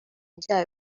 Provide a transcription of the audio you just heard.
ibyaha